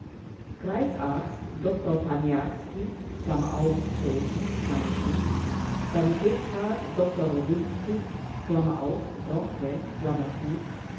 kreisarzt dr paniarski posen sanitätsrat dr rosinski wronke